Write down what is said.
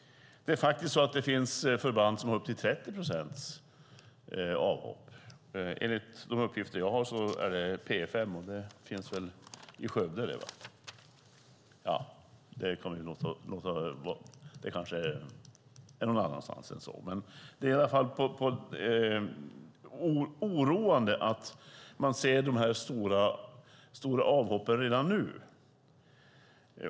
Det finns faktiskt förband som har upp till 30 procent avhopp. Enligt de uppgifter jag har gäller detta P 5. Det är oroande att man ser de här stora avhoppen redan nu.